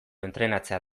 entrenatzea